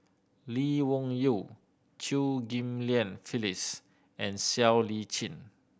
Lee Wung Yew Chew Ghim Lian Phyllis and Siow Lee Chin